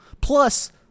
Plus